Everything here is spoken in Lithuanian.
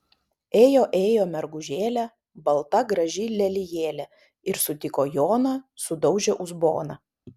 ėjo ėjo mergužėlė balta graži lelijėlė ir sutiko joną sudaužė uzboną